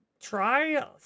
try